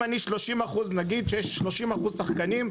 נגיד שיש 30% שחקנים,